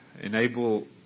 enable